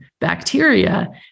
bacteria